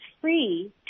free